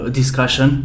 discussion